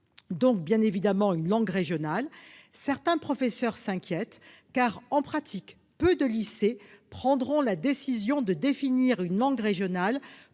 discipline, donc une langue régionale, certains professeurs s'inquiètent, car en pratique peu de lycées prendront la décision de définir une langue régionale